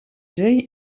zee